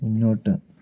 മുന്നോട്ട്